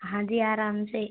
हाँ जी आराम से